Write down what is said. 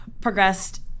progressed